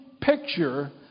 picture